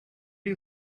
you